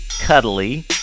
cuddly